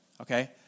Okay